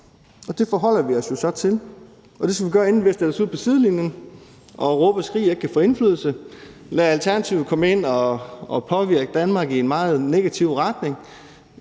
og det forholder vi os jo så til. Og det skal vi gøre, inden vi stiller os ud på sidelinjen og råber og skriger og ikke kan få indflydelse og lader Alternativet komme ind og påvirke Danmark i en meget negativ retning